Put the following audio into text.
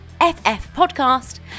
FFpodcast